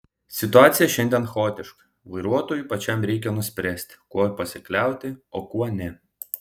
situacija šiandien chaotiška vartotojui pačiam reikia nuspręsti kuo pasikliauti o kuo ne